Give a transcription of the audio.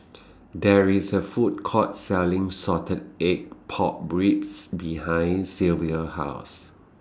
There IS A Food Court Selling Salted Egg Pork Ribs behind Sylvia's House